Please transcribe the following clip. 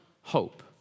hope